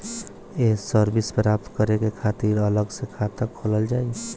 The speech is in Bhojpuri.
ये सर्विस प्राप्त करे के खातिर अलग से खाता खोलल जाइ?